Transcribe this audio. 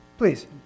Please